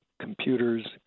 computers